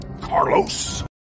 Carlos